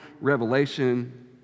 revelation